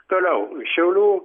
toliau šiaulių